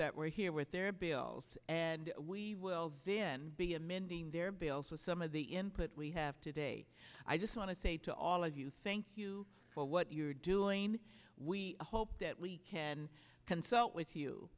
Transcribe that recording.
that were here with their bills and we will then be amending their bills with some of the input we have today i just want to say to all of you thank you for what you're doing we hope that we can consult with you